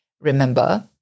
Remember